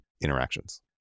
interactions